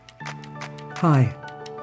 Hi